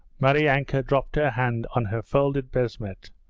maryanka dropped her hand on her folded beshmet,